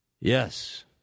Yes